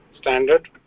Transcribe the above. standard